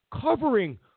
Covering